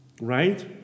right